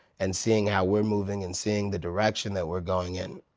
and seeing how we're moving and seeing the direction that we're going in.